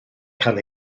cael